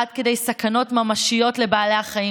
עד כדי סכנות ממשיות לבעלי החיים,